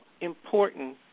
important